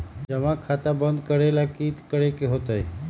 जमा खाता बंद करे ला की करे के होएत?